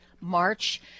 March